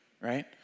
right